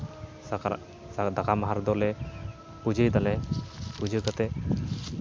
ᱥᱟᱠᱨᱟᱛ ᱫᱟᱠᱟᱭ ᱢᱟᱦᱟ ᱨᱮᱫᱚᱞᱮ ᱯᱩᱡᱟᱹᱭᱫᱟ ᱯᱩᱡᱟᱹ ᱠᱟᱛᱮᱫ